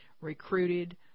recruited